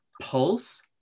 Pulse